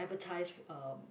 advertise uh